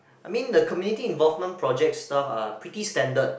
I mean the community involvement project staff are pretty standard